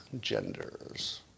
genders